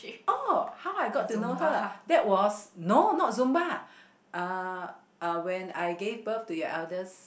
oh how I got to know her that was no not so zumba when I gave birth to your eldest